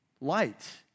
light